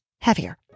heavier